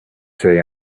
say